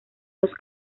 los